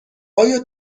آیا